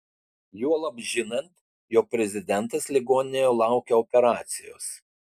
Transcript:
juolab žinant jog prezidentas ligoninėje laukia operacijos